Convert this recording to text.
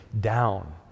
down